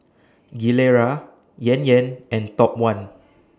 Gilera Yan Yan and Top one